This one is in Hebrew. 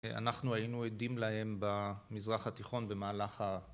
אנחנו היינו עדים להם במזרח התיכון במהלך ה...